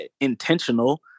intentional